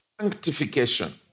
sanctification